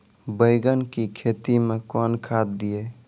बैंगन की खेती मैं कौन खाद दिए?